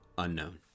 unknown